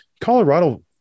Colorado